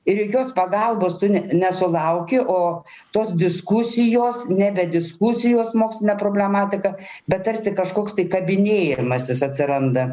ir jokios pagalbos tu nesulauki o tos diskusijos nebe diskusijos moksline problematika bet tarsi kažkoks tai kabinėjimasis atsiranda